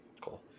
Cool